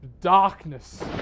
Darkness